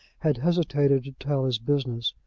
had hesitated to tell his business.